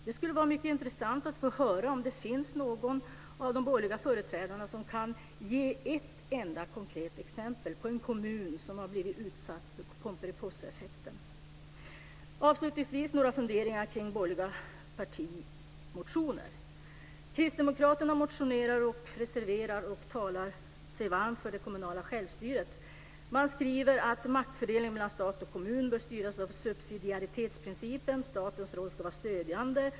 Det skulle vara mycket intressant att få höra om det finns någon av de borgerliga företrädarna som kan ge ett enda konkret exempel på en kommun som har blivit utsatt för pomperipossaeffekten. Avslutningsvis några funderingar kring de borgerliga partimotionerna. Kristdemokraterna motionerar och reserverar sig i fråga om det kommunala självstyret. Man skriver att maktfördelningen mellan stat och kommun bör styras av subsidiaritetsprincipen. Statens roll ska vara stödjande.